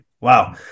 Wow